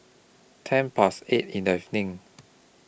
ten Past eight in The evening